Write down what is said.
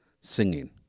singing